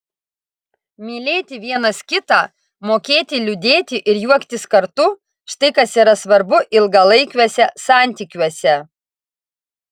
mylėti vienas kitą mokėti liūdėti ir juoktis kartu štai kas yra svarbu ilgalaikiuose santykiuose